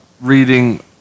reading